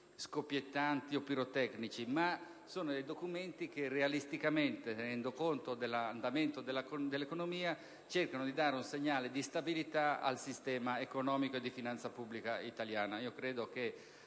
scoppiettanti o pirotecnici, ma sono documenti che realisticamente, tenendo conto dell'andamento dell'economia, cercano di dare un segnale di stabilità al sistema economico e di finanza pubblica italiana.